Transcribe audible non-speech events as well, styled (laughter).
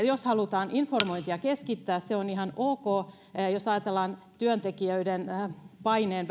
(unintelligible) jos halutaan informointia keskittää niin että keskitetään sitä henkilöille se on ihan ok jos ajatellaan työntekijöiden paineen (unintelligible)